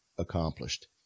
accomplished